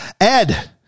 Ed